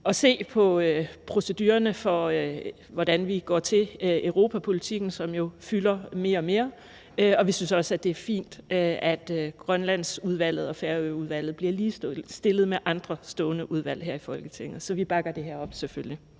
at se på procedurerne for, hvordan vi går til europapolitikken, som jo fylder mere og mere, og vi synes også, det er fint, at Grønlandsudvalget og Færøudvalget bliver ligestillet med andre stående udvalg her i Folketinget. Så vi bakker selvfølgelig